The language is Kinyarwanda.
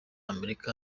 amerika